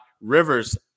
Rivers